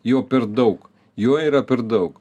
jau per daug jo yra per daug